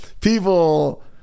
people